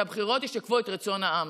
שהבחירות ישקפו את רצון העם,